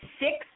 six